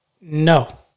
No